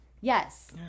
Yes